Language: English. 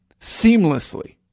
seamlessly